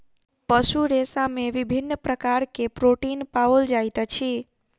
पशु रेशा में विभिन्न प्रकार के प्रोटीन पाओल जाइत अछि